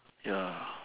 ya